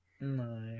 No